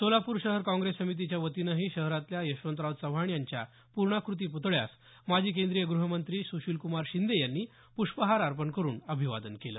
सोलापूर शहर काँग्रेस समितीच्यावतीनंही शहरातल्या यशवंतराव चव्हाण यांच्या पूर्णाकृती पुतळ्यास माजी केंद्रीय गृहमंत्री सुशीलक्रमार शिंदे यांनी पुष्पहार अर्पण करुन अभिवादन केलं